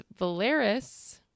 Valeris